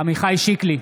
עמיחי שיקלי,